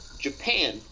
Japan